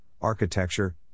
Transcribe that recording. architecture